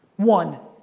one,